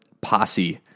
posse